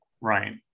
Right